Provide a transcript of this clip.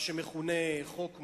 מה שמכונה בתקשורת "חוק מופז".